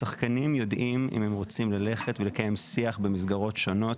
השחקנים יודעים אם הם רוצים ללכת ולקיים שיח במסגרות שונות,